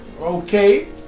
okay